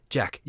Jack